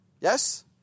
Yes